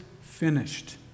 finished